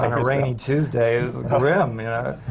a rainy tuesday is grim. and